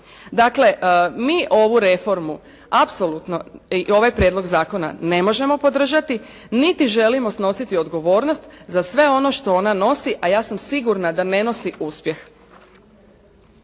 Dakle, mi ovu reformu, apsolutno i ovaj prijedlog zakona ne možemo podržati, niti želimo snositi odgovornost za sve ono što ona nosi, a ja sam sigurna da ne nosi uspjeh.